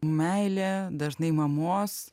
meilė dažnai mamos